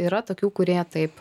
yra tokių kurie taip